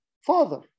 father